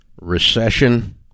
recession